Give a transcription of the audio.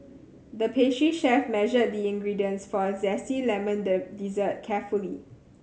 the pastry chef measured the ingredients for a zesty lemon dessert carefully